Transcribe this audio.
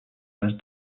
was